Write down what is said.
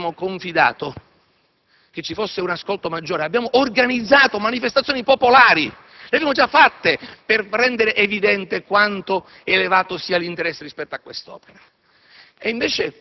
abbiamo confidato che vi fosse un ascolto maggiore. Abbiamo organizzato manifestazioni popolari; ne abbiamo già fatte per rendere evidente quanto elevato sia l'interesse rispetto a quest'opera.